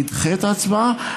נדחה את ההצבעה,